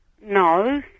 No